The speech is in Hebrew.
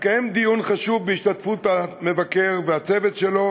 התקיים דיון חשוב בהשתתפות המבקר והצוות שלו,